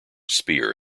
spear